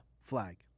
flag